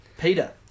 Peter